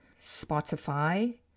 Spotify